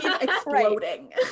exploding